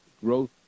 Growth